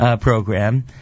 program